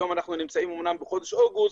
היום אנחנו נמצאים אמנם בחודש אוגוסט,